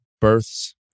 births